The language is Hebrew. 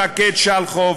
שקד שלחוב,